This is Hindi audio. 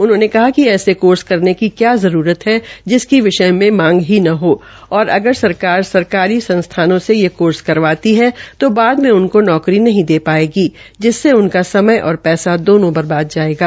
उन्होंने कहा कि ऐसे कोर्स करने की क्या जरूरत है जिसकी विषय मे मांग नहीं न हो और अगर सरकार सरकारी संस्थानों से ये कोर्स करवाती है तो बाद में उनको नौकरी नहीं दे पायेगी जिससे उनका समय और पैसा दोनों व्यर्थ जायेगा